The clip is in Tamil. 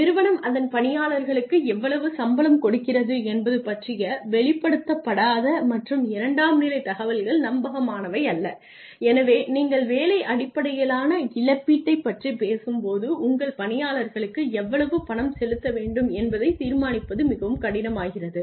நிறுவனம் அதன் பணியாளர்களுக்கு எவ்வளவு சம்பளம் கொடுக்கிறது என்பது பற்றிய வெளிப்படுத்தப்படாத மற்றும் இரண்டாம் நிலை தகவல்கள் நம்பகமானவை அல்ல எனவே நீங்கள் வேலை அடிப்படையிலான இழப்பீட்டைப் பற்றிப் பேசும்போது உங்கள் பணியாளர்களுக்கு எவ்வளவு பணம் செலுத்த வேண்டும் என்பதைத் தீர்மானிப்பது மிகவும் கடினமாகிறது